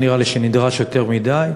לא נראה לי שנדרש יותר מדי.